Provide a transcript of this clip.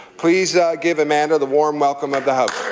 please give amanda the warm welcome of the house.